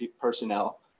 personnel